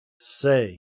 say